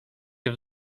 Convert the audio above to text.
się